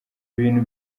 bintu